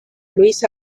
luis